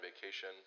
vacation